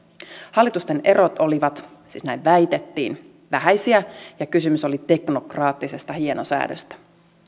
hallitusten erot olivat siis näin väitettiin vähäisiä ja kysymys oli teknokraattisesta hienosäädöstä